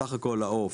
בסך הכול העוף,